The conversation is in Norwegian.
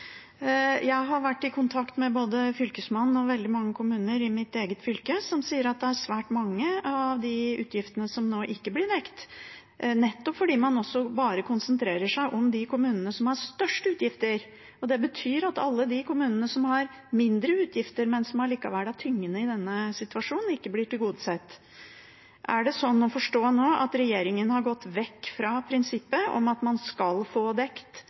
Jeg har vært i kontakt med både Fylkesmannen og veldig mange kommuner i mitt eget fylke, som sier at det er svært mange av de utgiftene som nå ikke blir dekt, nettopp fordi man bare konsentrerer seg om de kommunene som har størst utgifter. Det betyr at alle de kommunene som har mindre utgifter, men som allikevel er tyngende i denne situasjonen, ikke blir tilgodesett. Er det slik å forstå nå at regjeringen har gått vekk fra prinsippet om at man skal få dekt